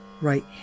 Right